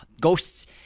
ghosts